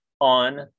On